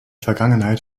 vergangenheit